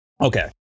okay